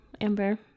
Amber